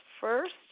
first